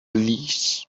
leash